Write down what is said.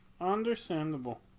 Understandable